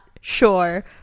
Sure